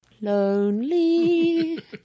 Lonely